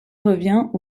revient